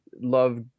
love